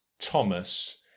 Thomas